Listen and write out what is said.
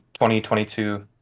2022